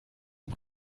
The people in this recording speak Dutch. heb